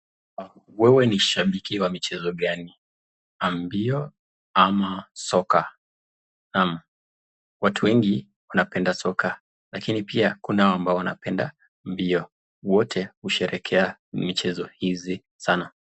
Wewe ni shabiki wa mchezo Gani? wa mbio ama soga, Naam watu wengi wanapenda soga lakini pia Kuna Hawa ambao wanapenda mbio, wote husheherekea mchezo Hizi sanaa.